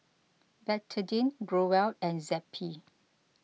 Betadine Growell and Zappy